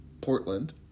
Portland